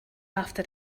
after